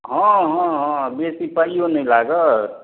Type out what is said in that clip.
हँ हँ हँ बेसी पाइयो नहि लागत